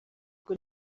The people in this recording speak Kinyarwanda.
ngo